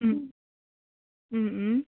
अँ अँ अँ